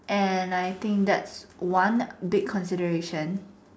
and I think that's one big consideration